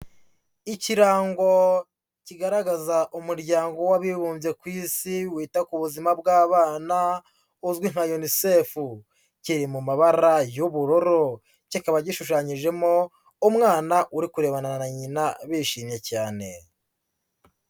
Ikirango kigaragaza umuryango w'Abibumbye ku isi wita ku buzima bw'abana uzwi nka UNICEF, kiri mu mabara y'ubururu kikaba gishushanyijemo umwana uri kurebana na nyina bishimye cyane.